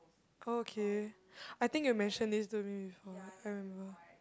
oh okay I think you mentioned this to me before I remember